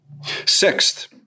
Sixth